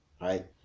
right